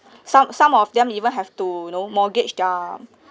some some of them even have to you know mortgage their